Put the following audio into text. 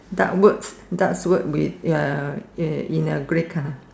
dark words dark words with uh in a grey colour